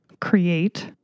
create